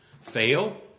Fail